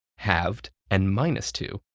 halved, and minus two,